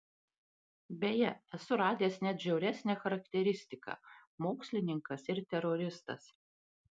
beje esu radęs net žiauresnę charakteristiką mokslininkas ir teroristas